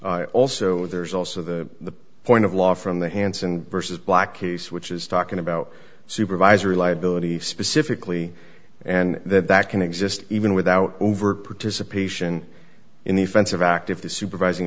also there's also the point of law from the hanssen versus black case which is talking about supervisory liability specifically and that that can exist even without overt participation in the offensive act if the supervising